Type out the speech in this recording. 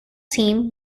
team